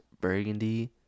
Burgundy